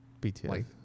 BTS